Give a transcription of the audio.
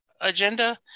agenda